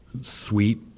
sweet